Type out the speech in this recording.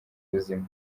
buzima